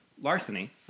Larceny